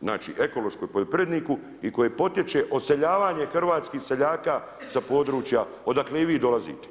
znači ekološkom poljoprivredniku i koje potječe odseljavanje hrvatskih seljaka sa područja odakle i vi dolazite.